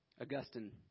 Augustine